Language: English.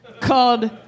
called